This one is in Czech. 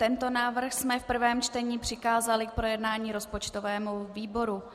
Tento návrh jsme v prvém čtení přikázali k projednání rozpočtovému výboru.